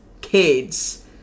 kids